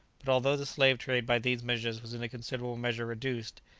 but although the slave-trade by these measures was in a considerable measure reduced,